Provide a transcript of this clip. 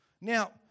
Now